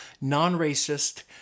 non-racist